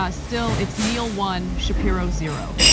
ah still, it's neil, one, shapiro, zero.